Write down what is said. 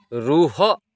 ରୁହ